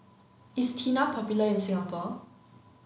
is Tena popular in Singapore